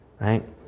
Right